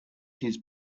his